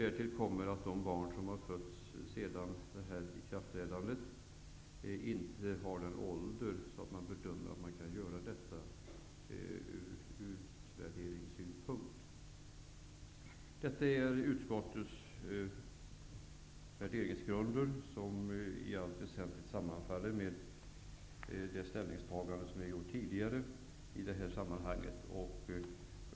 Därtill kommer att de barn som fötts sedan detta ikraftträdande inte har den ålder som man ur utvärderingssynpunkt bedömer att de måste ha för att man skall kunna göra detta. Detta är utskottets värderingsgrunder som i allt väsentligt sammanfaller med de ställningstaganden som vi gjort tidigare i det här sammanhanget.